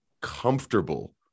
comfortable